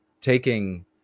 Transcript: taking